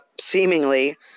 seemingly –